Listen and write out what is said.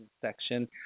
section